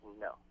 no